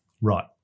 Right